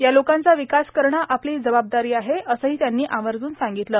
या लोकांचा विकास करणं आपली जबाबदारी आहे असंही त्यांनी आवर्जून सांगितलं